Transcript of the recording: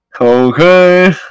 Okay